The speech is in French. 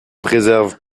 préserve